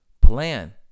Plan